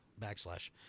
Backslash